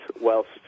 whilst